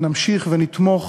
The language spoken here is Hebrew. נמשיך ונתמוך